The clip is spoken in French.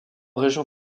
région